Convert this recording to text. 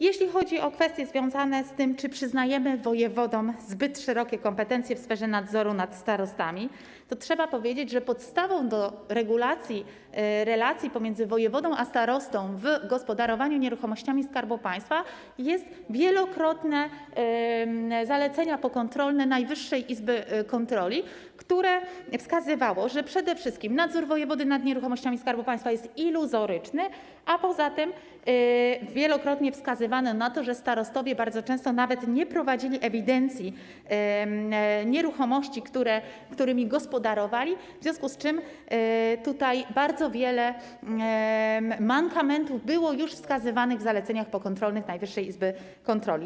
Jeśli chodzi o kwestie związane z tym, czy przyznajemy wojewodom zbyt szerokie kompetencje w sferze nadzoru nad starostami, to trzeba powiedzieć, że podstawą do regulacji relacji pomiędzy wojewodą a starostą w gospodarowaniu nieruchomościami Skarbu Państwa są wielokrotne zalecenia pokontrolne Najwyższej Izby Kontroli, które wskazywały, że przede wszystkim nadzór wojewody nad nieruchomościami Skarbu Państwa jest iluzoryczny, a poza tym wielokrotnie wskazywano na to, że starostowie bardzo często nawet nie prowadzili ewidencji nieruchomości, którymi gospodarowali, w związku z czym bardzo wiele mankamentów było już wskazywanych w zaleceniach pokontrolnych Najwyższej Izby Kontroli.